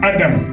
Adam